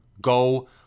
Go